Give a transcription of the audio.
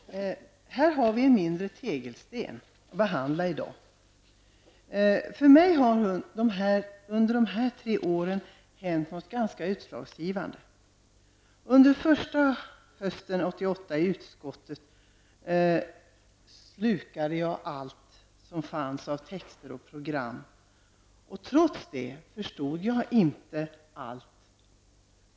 Fru talman! Här har vi en mindre tegelsten att behandla. För mig har det under de här tre åren hänt något ganska utslagsgivande. Under den första hösten i utskottet, 1988, slukade jag allt som fanns av texter och program. Trots det förstod jag inte allt.